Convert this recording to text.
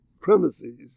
premises